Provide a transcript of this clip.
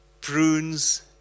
prunes